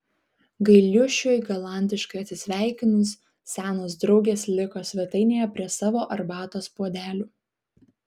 gailiušiui galantiškai atsisveikinus senos draugės liko svetainėje prie savo arbatos puodelių